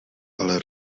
ale